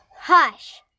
Hush